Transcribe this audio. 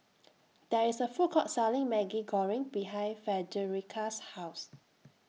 There IS A Food Court Selling Maggi Goreng behind Frederica's House